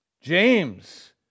James